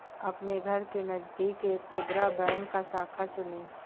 अपने घर के नजदीक एक खुदरा बैंक शाखा चुनें